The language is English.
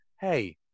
hey